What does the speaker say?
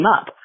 up